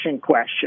question